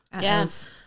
Yes